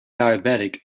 diabetic